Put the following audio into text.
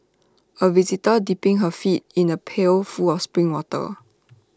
A visitor dipping her feet in the pail full of spring water